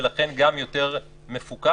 ולכן גם יותר מפוקח.